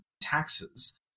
taxes